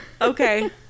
okay